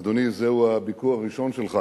אדוני, זהו הביקור הראשון שלך